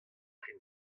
rin